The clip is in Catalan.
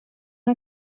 una